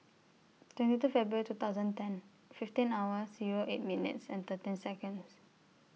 twenty two February two thousand ten fifteen hours Zero eight minutes thirteen Seconds